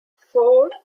four